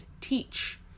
teach